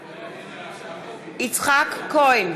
כהן,